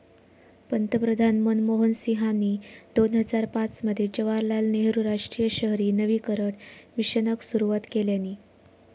पंतप्रधान मनमोहन सिंहानी दोन हजार पाच मध्ये जवाहरलाल नेहरु राष्ट्रीय शहरी नवीकरण मिशनाक सुरवात केल्यानी